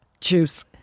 Juice